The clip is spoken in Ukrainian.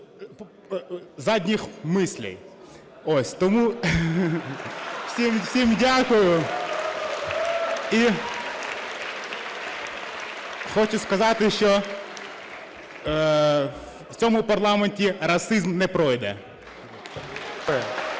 задніх мислей, ось. Тому всім дякую. І хочу сказати, що в цьому парламенті расизм не пройде.